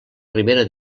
ribera